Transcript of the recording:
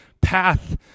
path